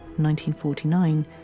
1949